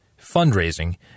fundraising